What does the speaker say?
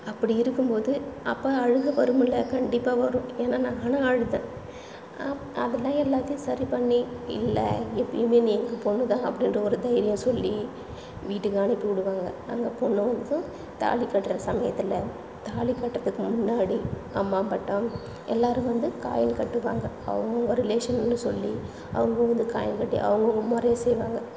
அப்படி இருக்கும்போது அப்போ அழுக வருமில்ல கண்டிப்பாக வரும் ஏன்னா நானும் அழுதேன் அப் அதெல்லாம் எல்லாத்தையும் சரிப்பண்ணி இல்லை எப்பையுமே நீ எங்கள் பொண்ணுதான் அப்படின்ற ஒரு தைரியம் சொல்லி வீட்டுக்கு அனுப்பி விடுவாங்க அந்த பொண்ணும் வந்து தாலி கட்டுற சமயத்தில் தாலி கட்டுறத்துக்கு முன்னாடி அம்மா பட்டம் எல்லாரும் வந்து காயின் கட்டுவாங்க அவங்கவுங்க ரிலேஷன்னு சொல்லி அவங்க வந்து காயின் கட்டி அவங்கவுங்க முறைய செய்வாங்க